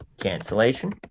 cancellation